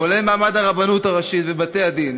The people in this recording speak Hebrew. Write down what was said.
כולל מעמד הרבנות הראשית ובתי-הדין,